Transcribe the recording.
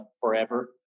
forever